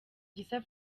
gisa